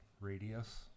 radius